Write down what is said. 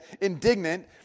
indignant